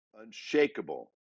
unshakable